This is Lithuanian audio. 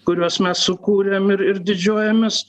kuriuos mes sukūrėm ir ir didžiuojamės